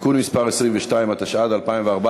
(תיקון מס' 22), התשע"ד 2014,